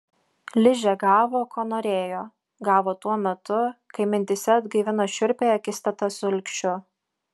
ližė gavo ko norėjo gavo tuo metu kai mintyse atgaivino šiurpiąją akistatą su ilgšiu